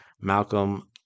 Malcolm